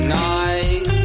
night